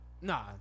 Nah